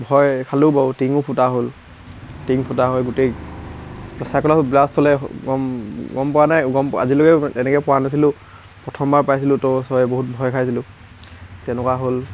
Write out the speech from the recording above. ভয় খালোঁ বাৰু টিঙো ফুটা হ'ল টিং ফুটা হৈ গোটেই প্ৰেছাৰ কুকাৰটো ব্লাষ্ট হ'লে গম গম গম পোৱা নাই গম আজিলৈকে তেনেকৈ গম পোৱা নাছিলোঁ প্ৰথমবাৰ পাইছিলোঁ তো চবে ভয় খাইছিলোঁ তেনেকুৱা হ'ল